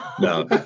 No